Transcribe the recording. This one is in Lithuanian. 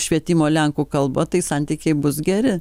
švietimo lenkų kalba tai santykiai bus geri